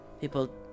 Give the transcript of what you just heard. people